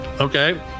Okay